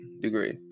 degree